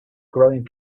growing